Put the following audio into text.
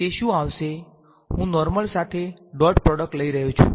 તે શુ આવશે હું નોર્મલ સાથે ડોટ પ્રોડક્ટ લઈ રહ્યો છું